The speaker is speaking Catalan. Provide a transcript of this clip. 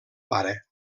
pare